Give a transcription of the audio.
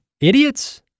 idiots